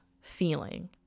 feeling